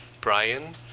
Brian